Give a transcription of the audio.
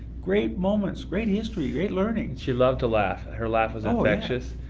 great moments, great history, great learning. she loved to laugh, her laugh was infectious.